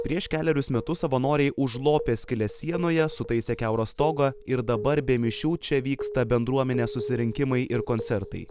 prieš kelerius metus savanoriai užlopė skyles sienoje sutaisė kiaurą stogą ir dabar be mišių čia vyksta bendruomenės susirinkimai ir koncertai